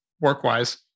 work-wise